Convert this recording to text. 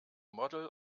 model